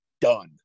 done